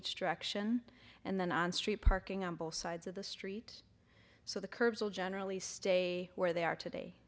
each direction and then on street parking on both sides of the street so the curbs will generally stay where they are today